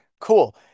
cool